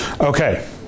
Okay